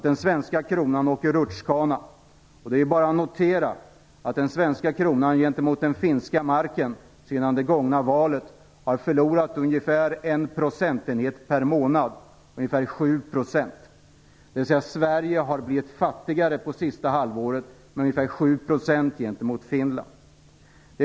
Den svenska kronan åker rutschkana, och det är bara att notera att den svenska kronan gentemot den finska marken sedan det gångna valet har förlorat ungefär en procentenhet per månad, ungefär 7 %. Sverige har alltså under det senaste halvåret i förhållande till Finland blivit ungefär 7 % fattigare.